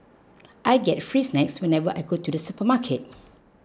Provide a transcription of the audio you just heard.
I get free snacks whenever I go to the supermarket